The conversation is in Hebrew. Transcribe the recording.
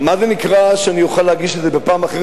מה זה נקרא שאני אוכל להגיש את זה בפעם אחרת,